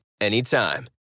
anytime